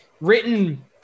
written